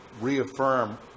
reaffirm